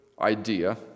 idea